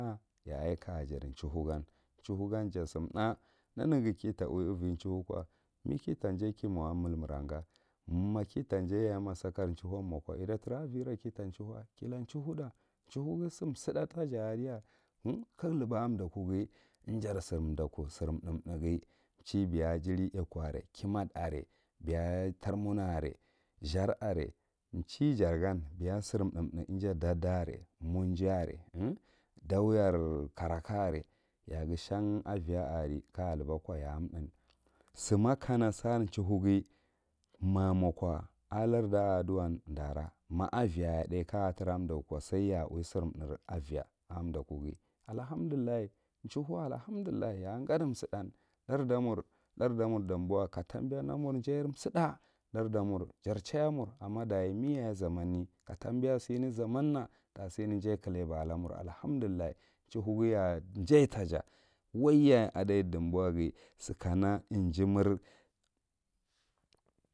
Yaye ka a judu chauhu gam, chauhu gam ja sumtha nenegh kita lewi ivi chauhu ko me kita jaye ki mo a melmera gan, um akita jayaye ma sakar chauhun mo ko itra a vira kita chauh kila chauhu thah chauhughi sisutha taja achiya ka ghir laba ahɗakughi ija sir vaku vir tham thamghi, chi beya jiri phaku are, kibathu are, beya tarmuna ar, zar are chi jar gan, beya sir thum thum ija ɗawatar karaka are yaghi shan aviya aoli kaya laba ko ya a thun. Suma kaya sara chauhughi iya moo ko ahh larda a aduwan ɗara ma aviyaye thiye ka a tra a ɗahku ko sai ya a uwi sir thur a viya a ɗakughi allahamdullah ya a gadi suthann larɗa mur larda damboa ka tambiya n amur jayen sudtha, ladar mur jar chaya mur ama meyaye zamane ka tambiya sine zaman na xa sine jay kileba a la mur allahamdullah chaihughi ya a jaye ta ja a idai dambaa ghi sikana yimir.